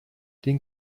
den